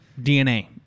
DNA